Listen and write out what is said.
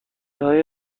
های